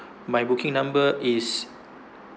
my booking number is